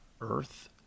Earth